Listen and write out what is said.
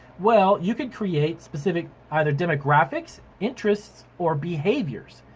well, you could create specific either demographics, interest, or behaviors.